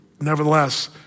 Nevertheless